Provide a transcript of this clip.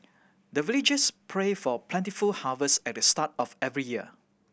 the villagers pray for plentiful harvest at the start of every year